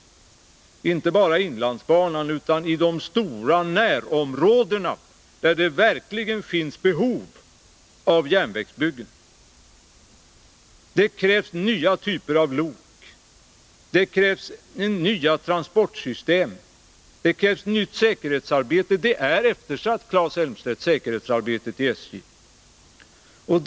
Om pendeltågstra Det gäller inte bara inlandsbanan utan också järnvägen i de stora fiken i Stocknärområdena där det verkligen finns behov av järnvägsbyggen. Det krävs nya typer av lok, det krävs nya transportsystem, det krävs säkerhetsarbete. Och säkerhetsarbetet i SJ är eftersatt, Claes Elmstedt!